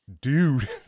Dude